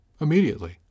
Immediately